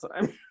time